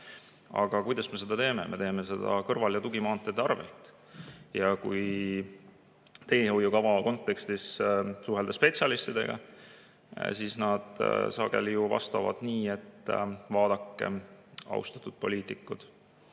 Aga kuidas me seda teeme? Me teeme seda kõrval‑ ja tugimaanteede arvel. Ja kui teehoiukava kontekstis suhelda spetsialistidega, siis nad sageli vastavad nii, et vaadake, austatud poliitikud,